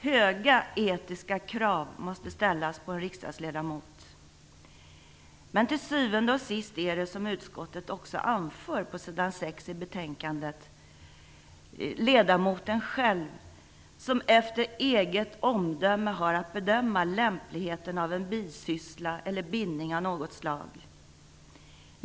Höga etiska krav måste ställas på en riksdagsledamot. Till syvende och sist är det, som utskottet också anför på s. 6 i betänkandet, ledamoten själv som efter eget omdöme har att bedöma lämpligheten av en bisyssla eller bindning av något slag.